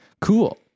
Cool